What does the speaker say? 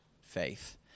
faith